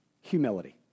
humility